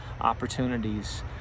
opportunities